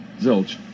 Zilch